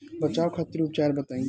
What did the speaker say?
बचाव खातिर उपचार बताई?